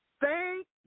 Thank